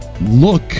look